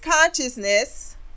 consciousness